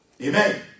Amen